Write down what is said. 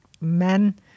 men